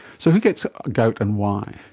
so who gets gout and why?